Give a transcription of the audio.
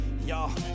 Y'all